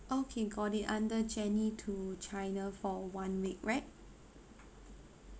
okay got it under jenny to china for one week right